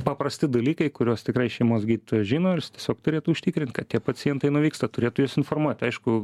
paprasti dalykai kuriuos tikrai šeimos gydytojas žino ir jis tiesiog turėtų užtikrint kad tie pacientai nuvyksta turėtų juos informuot aišku